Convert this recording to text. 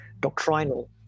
doctrinal